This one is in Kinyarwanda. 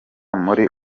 muri